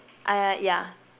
ah yeah